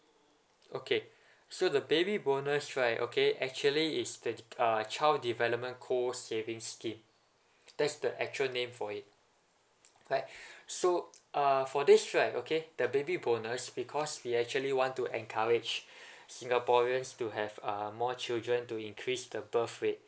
okay so the baby bonus right okay actually is uh child development co saving scheme that's the actual name for it right so uh for this right okay the baby bonus because we actually want to encourage singaporeans to have uh more children to increase the birth rate